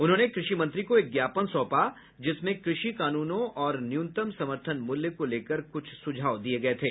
उन्होंने कृषि मंत्री को एक ज्ञापन सौंपा जिसमें कृषि कानूनों और न्यूनतम समर्थन मूल्य को लेकर कुछ सुझाव दिए गए थे